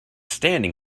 standing